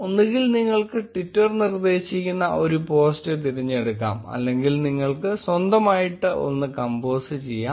ഒന്നുകിൽ നിങ്ങൾക്ക് ട്വിറ്റർ നിർദ്ദേശിക്കുന്ന ചെയ്യുന്ന ഒരു പോസ്റ്റ് തെരഞ്ഞെടുക്കാം അല്ലെങ്കിൽ നിങ്ങൾക്ക് സ്വന്തമായിട്ട് ഒന്ന് കമ്പോസ് ചെയ്യാം